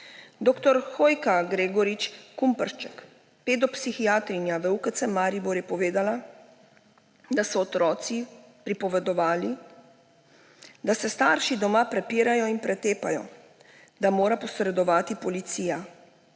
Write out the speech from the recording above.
Dr. Hojka Gregorič Kumperšek, pedopsihiatrinja v UKC Maribor, je povedala, »da so otroci pripovedovali, da se starši doma prepirajo in pretepajo, da mora posredovati policija,